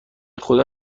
خدا